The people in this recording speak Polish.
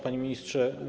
Panie Ministrze!